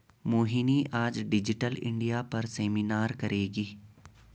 मोहिनी आज digital India पर seminar करेगी